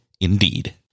indeed